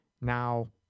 Now